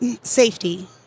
safety